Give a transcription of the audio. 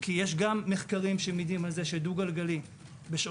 כי יש גם מחקרים שמעידים על כך שדו גלגלי בשעות